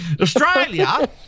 Australia